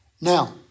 Now